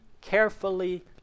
carefully